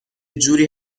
جوری